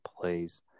plays